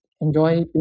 enjoy